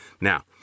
Now